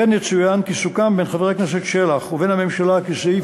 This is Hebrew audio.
כמו כן יצוין כי סוכם בין חבר הכנסת שלח ובין הממשלה כי סעיף